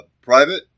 private